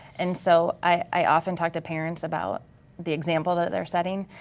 and so i often talk to parents about the example that they're setting